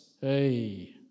Hey